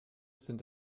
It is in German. sind